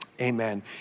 Amen